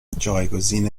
جایگزینی